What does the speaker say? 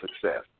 success